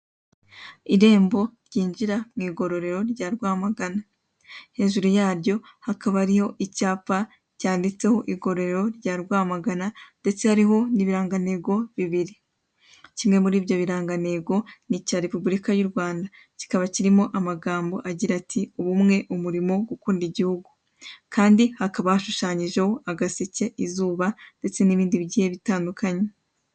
Irembo ryinjira mu igororero rya Rwamagana. Hejuru yaryo hakaba hariyo icyapa cyanditseho igororero rya Rwamagana ndetse hariho n'ibirangantego bibiri. Kimwe muri ibyo birangantego ni icya Repubulika y'u Rwanda. Kikaba kirimo amagambo agira ati, ubumwe, umurimo, gukunda igihugu. Kandi hakaba hashushanyijeho agaseke, izuba ndetse n'ibindi bigiye bitandukanye.